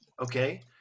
Okay